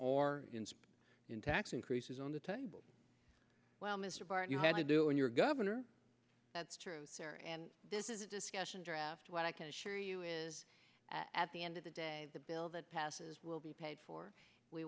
or in tax increases on the table while mr barr if you had to do in your governor that's true and this is a discussion draft what i can assure you is at the end of the day the bill that passes will be paid for we